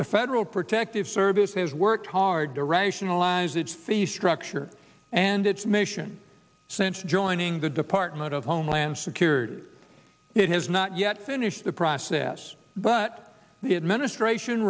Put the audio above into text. the federal protective service has worked hard to rationalize that fee structure and its mission sent joining the department of homeland security it has not yet finished the process but the administration